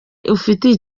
ufitiye